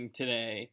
today